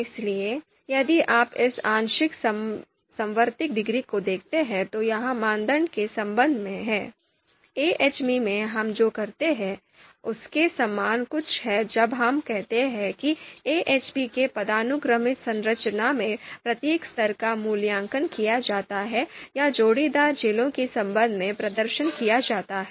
इसलिए यदि आप इस आंशिक समवर्ती डिग्री को देखते हैं तो यह एक मानदंड के संबंध में है एएचपी में हम जो करते हैं उसके समान कुछ है जब हम कहते हैं कि एएचपी के पदानुक्रमित संरचना में प्रत्येक स्तर का मूल्यांकन किया जाता है या जोड़ीदार जेलों के संबंध में प्रदर्शन किया जाता है